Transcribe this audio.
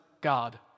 God